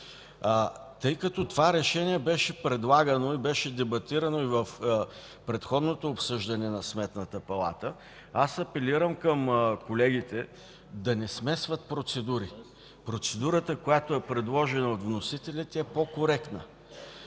Тъй като това решение беше предлагано и дебатирано в предходното обсъждане на Сметната палата, апелирам към колегите да не смесват процедури. Процедурата, която е предложена от вносителите, е по-коректна.